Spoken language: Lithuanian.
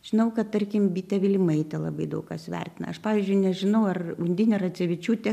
žinau kad tarkim bitę vilimaitę labai daug kas vertina aš pavyzdžiui nežinau ar undinė radzevičiūtė